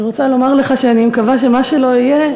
אני רוצה לומר לך שאני מקווה שמה שלא יהיה,